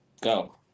Go